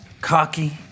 cocky